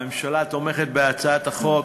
הממשלה תומכת בהצעת החוק,